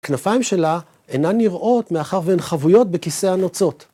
כנפיים שלה אינן נראות מאחר ואין חבויות בכיסא הנוצות.